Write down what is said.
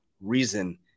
reason